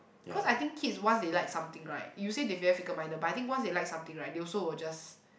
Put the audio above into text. cause I think kids once they like something right you say they very fickle minded but once they like something right they also will just